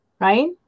right